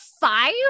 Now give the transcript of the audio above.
five